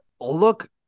look